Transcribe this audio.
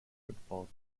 football